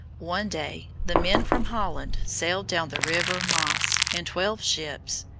one day the men from holland sailed down the river maas in twelve ships,